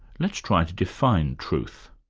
let's try to define truth.